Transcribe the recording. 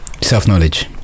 Self-knowledge